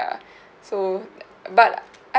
so uh but I